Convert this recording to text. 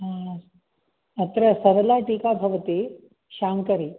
हा अत्र सरलाटीका भवति शाङ्करी